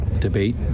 debate